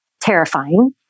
terrifying